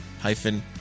hyphen